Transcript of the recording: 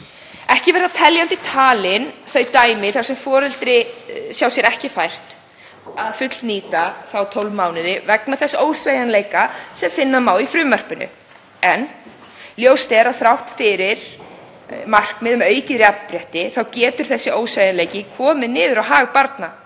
Ekki verða teljandi talin þau dæmi þar sem foreldri sjá sér ekki fært að fullnýta 12 mánuði vegna þess ósveigjanleika sem finna má í frumvarpinu. En ljóst er að þrátt fyrir markmið um aukið jafnrétti getur þessi ósveigjanleiki komið niður á hag barna.